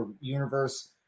universe